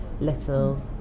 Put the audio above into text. little